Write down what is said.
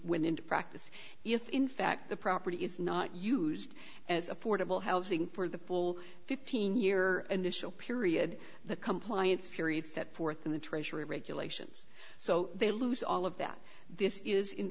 when into practice if in fact the property is not used as affordable housing for the full fifteen year initial period the compliance period set forth in the treasury regulations so they lose all of that this is in